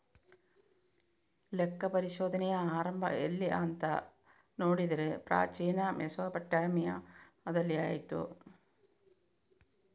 ಲೆಕ್ಕ ಪರಿಶೋಧನೆಯ ಆರಂಭ ಎಲ್ಲಿ ಅಂತ ನೋಡಿದ್ರೆ ಪ್ರಾಚೀನ ಮೆಸೊಪಟ್ಯಾಮಿಯಾದಲ್ಲಿ ಆಯ್ತು